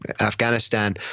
Afghanistan